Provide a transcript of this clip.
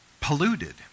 polluted